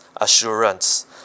assurance